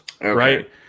right